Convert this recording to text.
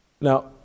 Now